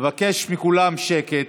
אני מבקש מכולם שקט.